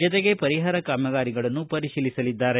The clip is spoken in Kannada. ಜೊತೆಗೆ ಪರಿಹಾರ ಕಾಮಗಾರಿಗಳನ್ನು ಪರಿಶೀಲಿಸಲಿದ್ದಾರೆ